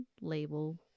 label